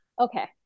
Okay